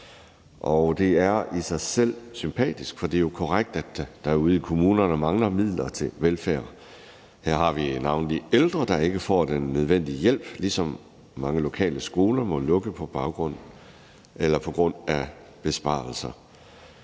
det er i sig selv sympatisk, for det er jo korrekt, at der ude i kommunerne mangler midler til velfærd. Her har vi navnlig ældre, der ikke får den nødvendige hjælp, ligesom mange lokale skoler må lukke på grund af besparelser.